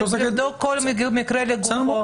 ושירותי דת יהודיים): צריך לבדוק כל מקרה לגופו.